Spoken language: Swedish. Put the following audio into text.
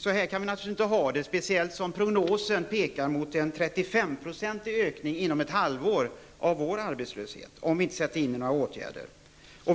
Så här kan vi naturligtvis inte ha det, speciellt som prognosen pekar mot en 35-procentig ökning inom ett halvår av vår arbetslöshet, om vi inte sätter in åtgärder.